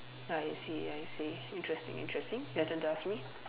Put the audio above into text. I see I see interesting interesting your turn to ask me